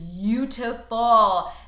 beautiful